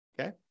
Okay